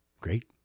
Great